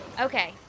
Okay